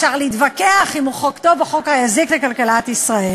אפשר להתווכח אם הוא חוק טוב או חוק שיזיק לכלכלת ישראל.